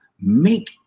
make